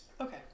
Okay